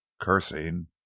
Cursing